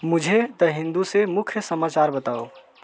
मुझे द हिंदू से मुख्य समाचार बताओ